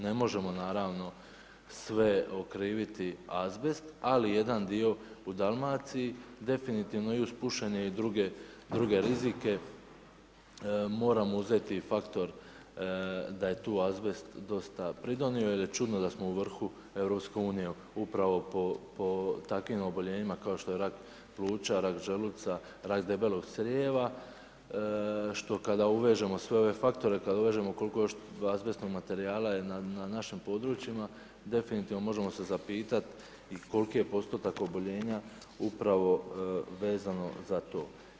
Ne možemo naravno sve okriviti azbest, ali jedan dio u Dalmaciji definitivno i uz pušenje i druge rizike moramo uzeti faktor da je tu azbest dosta pridonio, jer je čudno da smo u vrhu Europske unije upravo po takvim oboljenjima kao što je rak pluća, rak želuca, rak debelog crijeva, što kada uvežemo sve ove faktore, kada uvežemo koliko još azbestnog materijala je na našim područjima definitivno možemo se zapitati i koliki je postotak oboljenja upravo vezano za to.